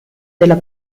della